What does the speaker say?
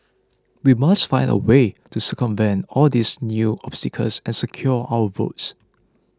we must find a way to circumvent all these new obstacles and secure our votes